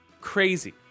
Crazy